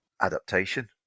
adaptation